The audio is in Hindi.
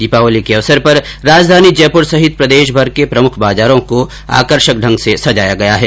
दीपावली के अवसर पर राजधानी जयपुर सहित प्रदेश भर के प्रमुख बाजारों को आकर्षक ढंग से सजाया गया है